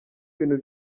ibintu